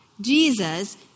Jesus